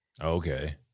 Okay